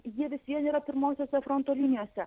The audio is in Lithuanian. jie vis vien yra pirmosiose fronto linijose